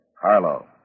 Harlow